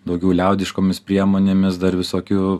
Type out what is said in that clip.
daugiau liaudiškomis priemonėmis dar visokių